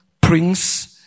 prince